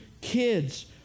kids